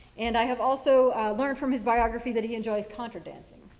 and i have also learned from his biography that he enjoys contra dancing